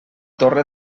torre